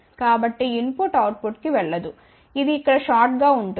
కాబట్టి input అవుట్పుట్కు వెళ్ళదు అది ఇక్కడ షార్ట్ గా ఉంటుంది